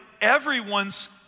everyone's